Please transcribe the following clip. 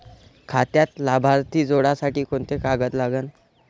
खात्यात लाभार्थी जोडासाठी कोंते कागद लागन?